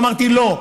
אמרתי: לא,